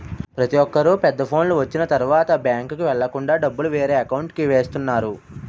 ప్రతొక్కరు పెద్ద ఫోనులు వచ్చిన తరువాత బ్యాంకుకి వెళ్ళకుండా డబ్బులు వేరే అకౌంట్కి వేస్తున్నారు